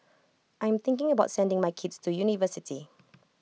I am thinking about sending my kids to university